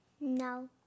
No